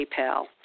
PayPal